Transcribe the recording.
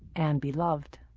and be loved.